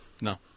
No